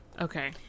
okay